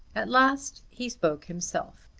at last he spoke himself.